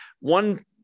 one